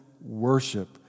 worship